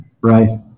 Right